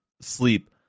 sleep